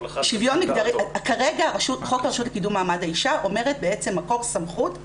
כל אחד --- כרגע חוק הרשות לקידום מעמד האישה אומר בעצם מקור סמכות,